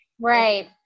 Right